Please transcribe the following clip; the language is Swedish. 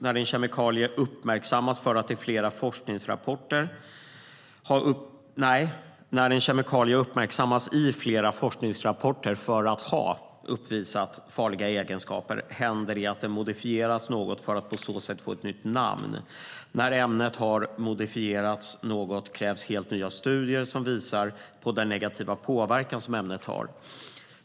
När en kemikalie uppmärksammas i flera forskningsrapporter för att ha uppvisat farliga egenskaper händer det att kemikalien modifieras något för att på så sätt få ett nytt namn. När ämnet har modifierats något krävs helt nya studier som visar på den negativa påverkan som ämnet har.